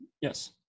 Yes